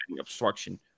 obstruction